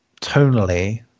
tonally